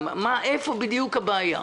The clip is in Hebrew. איפה בדיוק הבעיה?